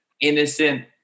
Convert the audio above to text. innocent